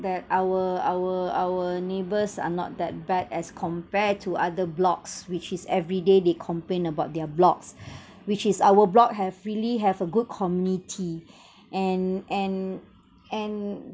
that our our our neighbours are not that bad as compare to other blocks which is everyday they complain about their blocks which is our block have really have a good community and and and